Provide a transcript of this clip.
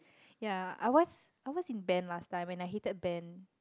yeah I was I was in band last time and I hated band